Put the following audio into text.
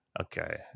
Okay